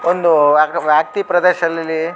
ಒಂದು ವ್ಯಾಪ್ತಿ ಪ್ರದೇಶದಲ್ಲಿ